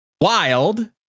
Wild